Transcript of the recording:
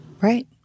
Right